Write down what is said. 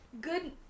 good